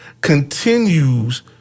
continues